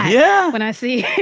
yeah. when i see.